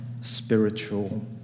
spiritual